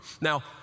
Now